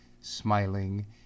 smiling